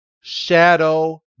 Shadow